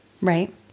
Right